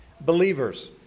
believers